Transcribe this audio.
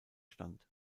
stand